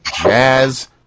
jazz